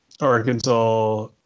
Arkansas